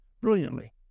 brilliantly